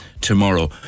tomorrow